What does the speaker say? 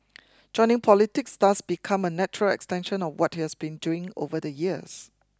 joining politics thus become a natural extension of what he has been doing over the years